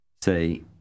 Say